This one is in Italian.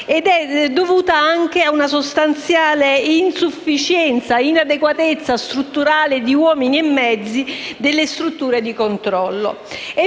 nonché a una sostanziale insufficienza e inadeguatezza strutturale di uomini e mezzi delle strutture di controllo.